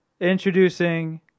Introducing